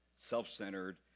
self-centered